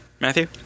Matthew